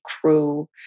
crew